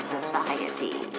Society